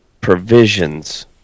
provisions